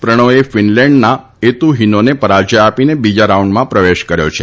પ્રણોથે ફીનલેન્ડના એતુ હીનોને પરાજય આપીને બીજા રાઉન્ડમાં પ્રવેશ કર્યો છે